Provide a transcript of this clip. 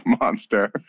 monster